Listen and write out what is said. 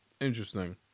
Interesting